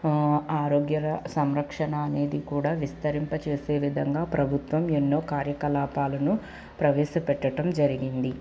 ఆరోగ్యర సంరక్షణ అనేది కూడా విస్తరింపచేసే విధంగా ప్రభుత్వం ఎన్నో కార్యకలాపాలను ప్రవేశపెట్టటం జరిగింది